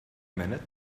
minute